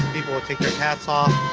people take their hats off